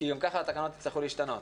כי גם ככה התקנות יצטרכו להשתנות.